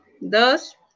dos